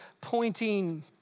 pointing